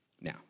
Now